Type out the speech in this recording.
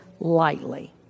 lightly